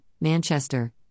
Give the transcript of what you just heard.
manchester